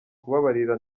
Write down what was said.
kubabarira